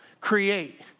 create